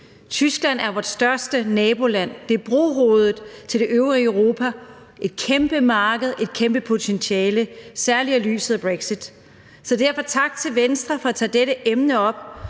Tyskerne er vort største naboland; det er brohovedet til det øvrige Europa, et kæmpe marked, et kæmpe potentiale – særlig set i lyset af brexit. Så derfor tak til Venstre for at tage det her emne op,